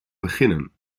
beginnen